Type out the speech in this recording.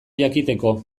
jakiteko